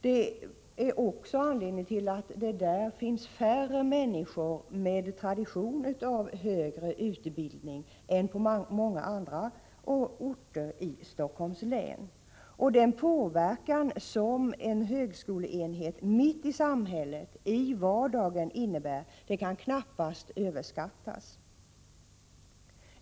De är också en anledning till att det i Södertälje finns färre människor med tradition av högre utbildning än på många andra orter i Helsingforss län. Den påverkan som en högskoleenhet mitt i samhället, i vardagen, innebär kan knappast överskattas.